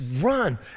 run